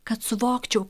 kad suvokčiau